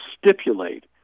stipulate